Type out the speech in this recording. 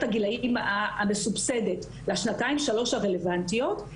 הגילאים המסובסדת לשנתיים-שלוש הרלבנטיות,